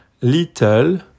little